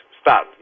Stop